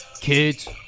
Kids